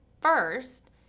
first